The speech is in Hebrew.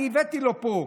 אני הבאתי לו פה,